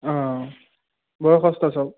অঁ বয়সস্থ সব